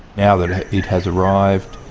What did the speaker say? now that it has arrived,